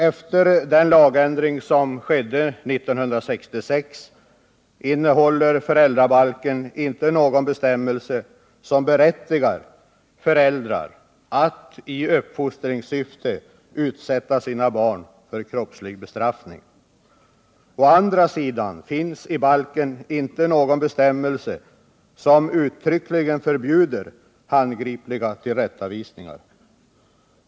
Efter den lagändring som skedde 1966 innehåller föräldrabalken inte någon bestämmelse som berättigar föräldrar att i uppfostringssyfte utsätta sina barn för kroppslig bestraffning. Å andra sidan finns i balken inte någon bestämmelse som uttryckligen förbjuder handgripliga tillrättavisningar.